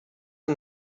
and